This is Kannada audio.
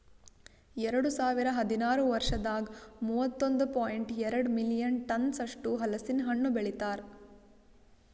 ಎರಡು ಸಾವಿರ ಹದಿನಾರು ವರ್ಷದಾಗ್ ಮೂವತ್ತೊಂದು ಪಾಯಿಂಟ್ ಎರಡ್ ಮಿಲಿಯನ್ ಟನ್ಸ್ ಅಷ್ಟು ಹಲಸಿನ ಹಣ್ಣು ಬೆಳಿತಾರ್